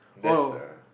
that's the